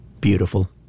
beautiful